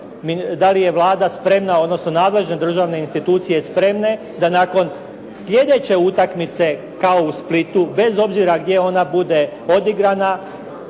da li je Vlada spremna, odnosno nadležne državne institucije spremne da nakon sljedeće utakmice kao u Splitu, bez obzira gdje ona bude odigrana,